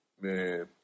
man